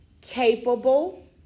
capable